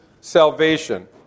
salvation